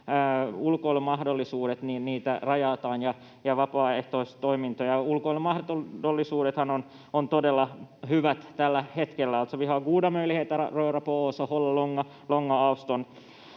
ulkoilumahdollisuuksia ja vapaaehtoistoimintaa rajataan. Ja ulkoilumahdollisuudethan ovat todella hyvät tällä hetkellä.